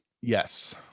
Yes